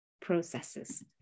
processes